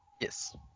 Yes